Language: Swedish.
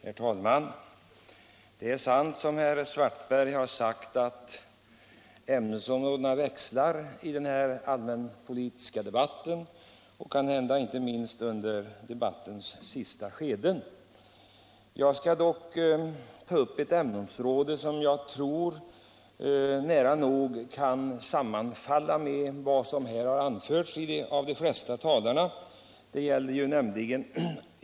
Herr talman! Visst är det så, att ämnesområdena växlar i den här debatten, kanske inte minst under dess sista skede. Jag skall beröra ett område som har nära samband med frågor som de allra flesta talare har uppehållit sig vid.